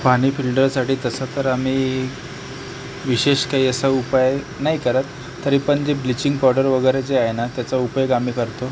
पानी फिल्टरसाठी तसं तर आम्ही विशेष काही असा उपाय नाही करत तरी पण जे ब्लिचिंग पावडर वगैरे जे आहे ना त्याचा उपयोग आम्ही करतो